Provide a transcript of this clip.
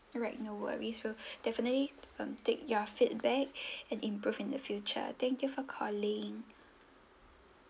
alright no worries will definitely mm take your feedback and improve in the future thank you for calling